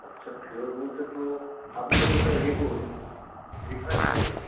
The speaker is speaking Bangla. আচ্ছা ফেরত বলতে তো আপনি তাহলে ওটা ইয়ে করুন রিফান্ড করে দিন